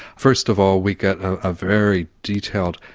first of all, we get a very detailed,